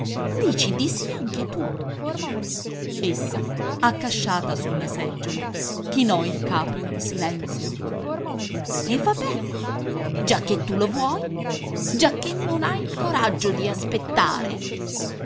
dici di sì anche tu essa accasciata sulla seggiola chinò il capo in silenzio e va bene giacché tu lo vuoi giacché non hai il coraggio di aspettare